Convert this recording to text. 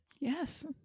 Yes